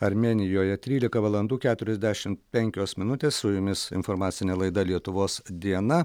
armėnijoje trylika valandų keturiasdešimt penkios minutės su jumis informacinė laida lietuvos diena